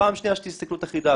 ופעם שנייה שתהיה הסתכלות אחידה.